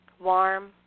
warm